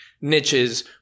niches